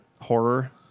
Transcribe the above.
horror